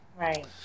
Right